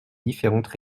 différentes